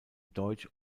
deutsch